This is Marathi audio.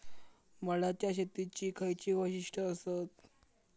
मळ्याच्या शेतीची खयची वैशिष्ठ आसत?